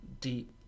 Deep